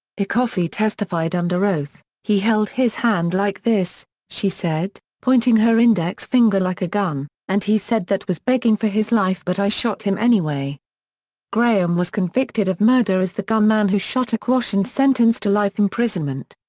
ecoffey testified under oath, he held his hand like this, she said, pointing her index finger like a gun, and he said that was begging for his life but i shot him anyway graham was convicted of murder as the gunman who shot aquash and sentenced to life imprisonment.